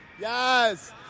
Yes